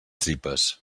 tripes